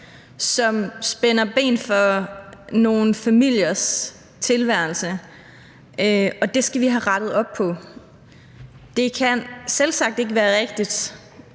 som spænder ben for nogle familiers tilværelse. Det skal vi have rettet op på. Det kan selvsagt ikke være rigtigt,